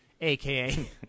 AKA